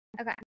okay